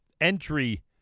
entry